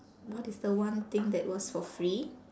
what is the one thing that was for free